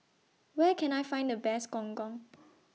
Where Can I Find The Best Gong Gong